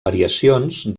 variacions